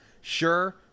sure